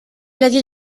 l’avis